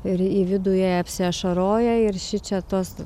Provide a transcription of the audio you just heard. ir į vidų jei apsiašaroja ir šičia tos